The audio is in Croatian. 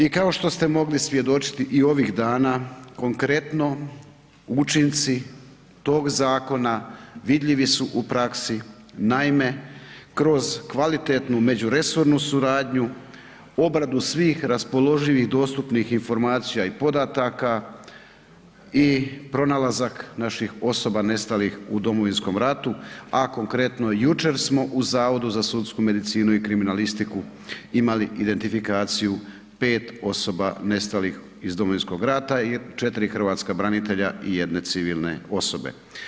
I kao što ste mogli svjedočiti i ovih dana konkretno učinci tog zakona vidljivi su u praksi kroz kvalitetnu međunarodnu suradnju, obradu svih raspoloživih, dostupnih informacija i podataka i pronalazak naših osoba nestalih u Domovinskom ratu, a konkretno jučer smo u Zavodu za sudsku medicinu i kriminalistiku imali identifikaciju pet osoba nestalih iz domovinskog rata i četiri hrvatska branitelja i jedne civilne osobe.